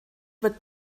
wird